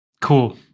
Cool